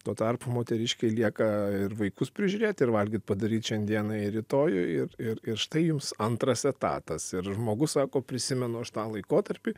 tuo tarpu moteriškei lieka ir vaikus prižiūrėt ir valgyt padaryt šiandienai ir rytojui ir ir ir štai jums antras etatas ir žmogus sako prisimenu aš tą laikotarpį